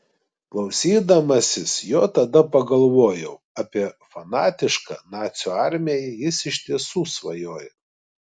klausydamasis jo tada pagalvojau apie fanatišką nacių armiją jis iš tiesų svajoja